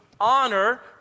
honor